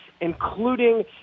including